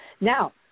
Now